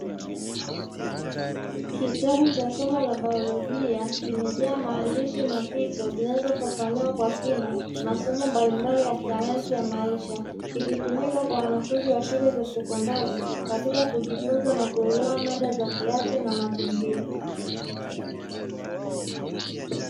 Kitabu cha somo la baiyolojia kimejaa maandishi na picha zinazofafanua kwa kina masomo mbalimbali ya sayansi ya maisha, kikitumika kwa wanafunzi wa shule za sekondali katika kujifunza na kuelewa mada za kiafya na mazingira.